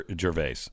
Gervais